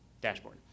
dashboard